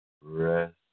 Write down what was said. Rest